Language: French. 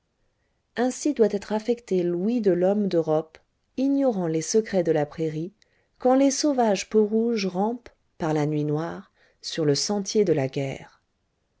ainsi doit être affectée l'ouïe de l'homme d'europe ignorant les secrets de la prairie quand les sauvages peaux-rouges rampent par la nuit noire sur le sentier de la guerre